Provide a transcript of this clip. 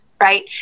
right